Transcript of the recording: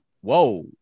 whoa